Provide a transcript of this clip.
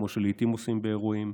כמו שעושים לעיתים באירועים.